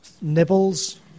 nibbles